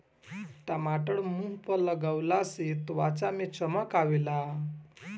टमाटर मुंह पअ लगवला से त्वचा में चमक आवेला